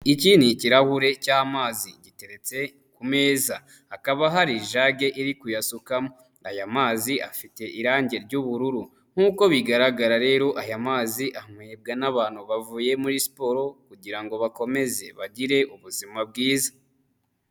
Iki ni ikirahure cy'amazi giteretse ku meza. Hakaba hari ijage iri kuyasukamo. Aya mazi afite irangi ry'ubururu. Nk'uko bigaragara rero aya mazi anywebwa n'abantu bavuye muri siporo kugira ngo bakomeze bagire ubuzima bwiza.